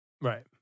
Right